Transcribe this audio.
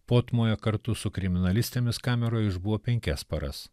potmojo kartu su kriminalistėmis kameroje išbuvo penkias paras